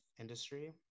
industry